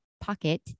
pocket